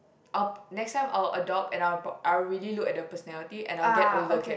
I'll next time I'll adopt and I'll brought I'll really look at the personality and I'll get older cats